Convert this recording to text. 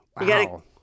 Wow